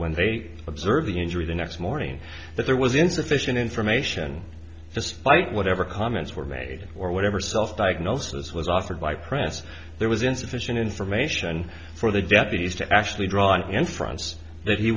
when they observe the injury the next morning that there was insufficient information despite whatever comments were made or whatever self diagnosis was offered by press there was insufficient information for the deputies to actually draw an inference that he